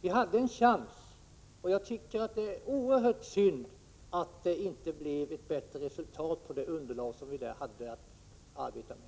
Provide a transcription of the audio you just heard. Vi hade en chans, och jag tycker det är oerhört synd att det inte blev bättre resultat med tanke på det underlag som vi hade att arbeta efter.